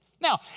Now